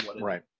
right